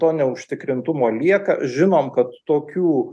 to neužtikrintumo lieka žinom kad tokių